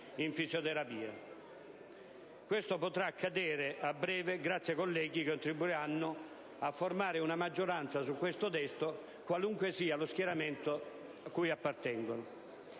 in fisioterapia. Questo potrà accadere a breve grazie ai colleghi che contribuiranno a formare una maggioranza su questo testo, qualunque sia lo schieramento di appartenenza.